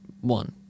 one